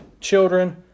children